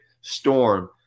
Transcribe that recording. storm